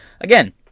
Again